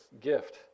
gift